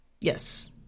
Yes